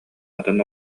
атын